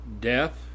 Death